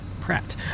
Pratt